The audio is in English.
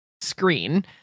screen